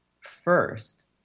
first